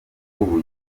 ubukungu